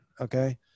Okay